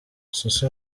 suso